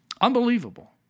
Unbelievable